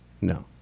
No